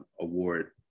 award